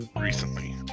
recently